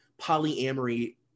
polyamory